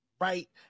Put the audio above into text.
right